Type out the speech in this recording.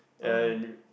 and